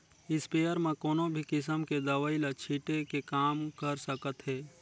sprayer म कोनो भी किसम के दवई ल छिटे के काम कर सकत हे